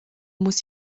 muss